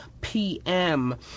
PM